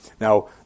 Now